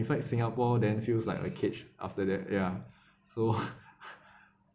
in fact singapore then feels like a cage after that ya so